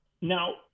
now